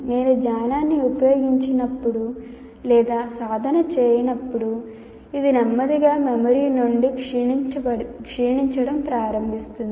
నేను జ్ఞానాన్ని ఉపయోగించనప్పుడు లేదా సాధన చేయనప్పుడు ఇది నెమ్మదిగా మెమరీ నుండి క్షీణించడం ప్రారంభిస్తుంది